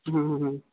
ହୁଁ ହୁଁ